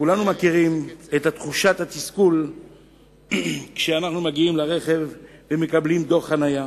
כולנו מכירים את תחושת התסכול כשאנחנו מגיעים לרכב ורואים דוח חנייה